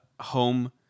home